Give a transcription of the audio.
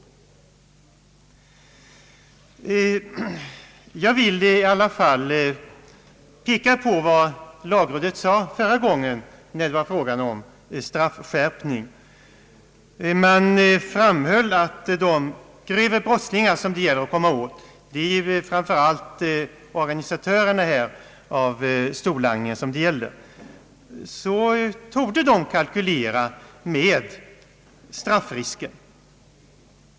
Jag vill beträffande strafflatituden i alla fall peka på vad lagrådet sade förra gången det var fråga om straffskärpning. Man framhöll att de grövre brottslingar som det gäller att komma åt — det är ju framför allt organisatörerna av storlangningen — torde kalkylera med straffrisken.